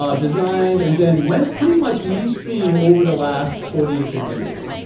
designed and then went pretty much mainstream over the last forty to fifty years.